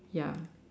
ya